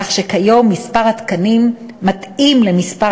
כך שכיום מספר התקנים מתאים למספר